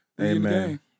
amen